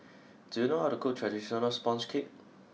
do you know how to cook traditional sponge cake